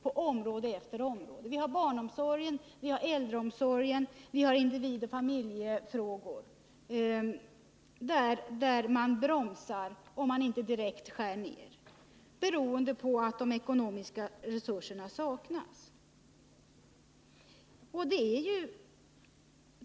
I fråga om barnomsorg, äldreomsorg samt individoch familjefrågor bromsar man upp, om man inte direkt skär ned, beroende på att de ekonomiska resurserna saknas.